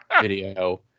video